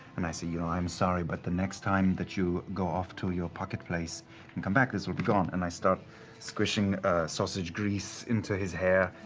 and i say, you know, i'm sorry, but the next time that you go off to your pocket place and come back, this will be gone. and i start squishing sausage grease into his hair,